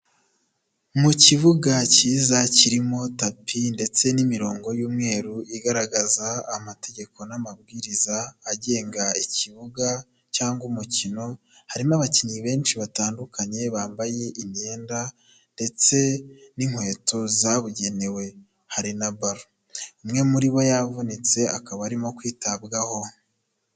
Mu kibuga kiza kirimo tapi ndetse n'imirongo y'umweru igaragaza amategeko n'amabwiriza agenga ikibuga cyangwa umukino, harimo abakinnyi benshi batandukanye bambaye imyenda ndetse n'inkweto zabugenewe, hari na baro, umwe muri bo yavunitse akaba arimo kwitabwaho.